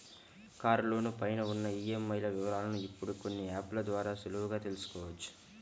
కారులోను పై ఉన్న ఈఎంఐల వివరాలను ఇప్పుడు కొన్ని యాప్ ల ద్వారా సులువుగా తెల్సుకోవచ్చు